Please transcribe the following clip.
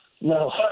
No